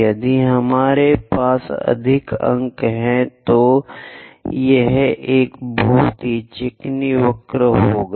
यदि हमारे पास अधिक अंक हैं तो यह एक बहुत ही चिकनी वक्र होगा